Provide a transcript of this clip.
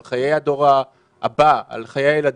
על חיי הדור הבא ועל חיי הילדים,